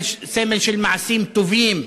סמל של מעשים טובים,